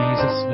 Jesus